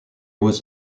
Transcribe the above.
was